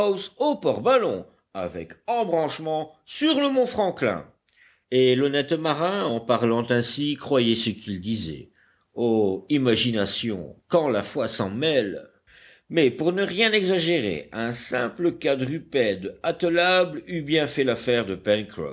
au port ballon avec embranchement sur le mont franklin et l'honnête marin en parlant ainsi croyait ce qu'il disait oh imagination quand la foi s'en mêle mais pour ne rien exagérer un simple quadrupède attelable eût bien fait l'affaire de